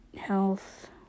Health